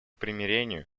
примирению